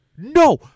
No